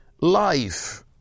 life